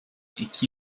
i̇ki